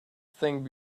thing